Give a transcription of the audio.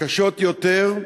קשות יותר,